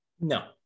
no